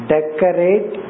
Decorate